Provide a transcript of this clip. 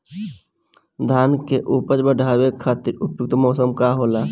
धान के उपज बढ़ावे खातिर उपयुक्त मौसम का होला?